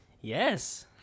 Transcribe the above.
Yes